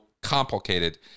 complicated